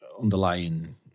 underlying